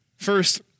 First